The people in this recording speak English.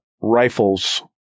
rifles